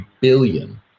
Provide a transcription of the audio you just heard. billion